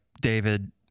David